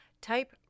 Type